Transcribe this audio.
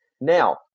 Now